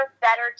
better